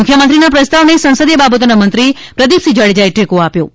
મુખ્યમંત્રીના પ્રસ્તાવને સંસદીય બાબતોના મંત્રી પ્રદિપ સિંહ જાડેજાએ ટેકો આપ્યો હતો